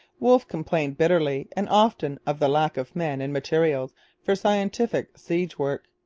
wolfe complained bitterly and often of the lack of men and materials for scientific siege work.